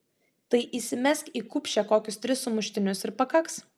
tai įsimesk į kupšę kokius tris sumuštinius ir pakaks